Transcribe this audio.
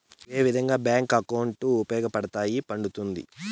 ఏ విధంగా bank account ఉపయోగపడతాయి పడ్తుంది